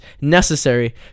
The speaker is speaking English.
necessary